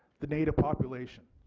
the native population